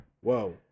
Whoa